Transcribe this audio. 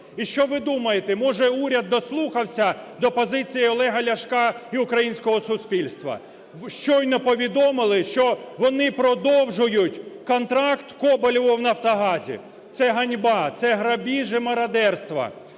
І що ви думаєте, може уряд дослухався до позиції Олега Ляшка і українського суспільства? Щойно повідомили, що вони продовжують контракт Коболєву в "Нафтогазі". Це ганьба. Це грабіж і мародерство.